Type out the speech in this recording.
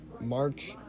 March